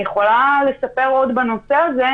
אני יכולה לספר עוד בנושא הזה,